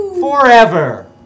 Forever